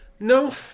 No